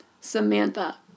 Samantha